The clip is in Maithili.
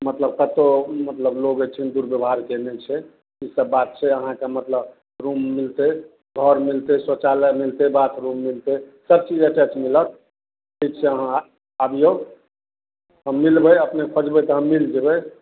मतलब कतहु मतलब लोग अइठिना दुर्व्यवहारके नहि छै ई सब बात छै अहाँके मतलब रूम मिलतय घर मिलतय शौचालय मिलतय बाथरूम मिलतय सब चीज अटैच मिलत ठीक छै अहाँ आबियौ हम मिलबय अपने खोजबय तऽ हम मिल जेबय